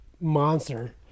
monster